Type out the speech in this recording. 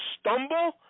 stumble